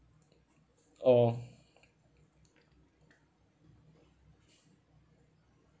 oh